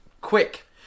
quick